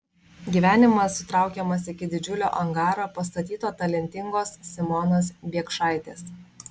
gyvenimas sutraukiamas iki didžiulio angaro pastatyto talentingos simonos biekšaitės